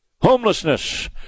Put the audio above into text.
Homelessness